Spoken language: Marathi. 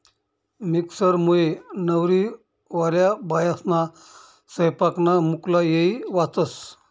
मिक्सरमुये नवकरीवाल्या बायास्ना सैपाकना मुक्ला येय वाचस